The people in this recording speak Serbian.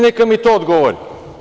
Neka mi to odgovori.